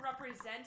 represent